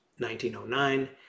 1909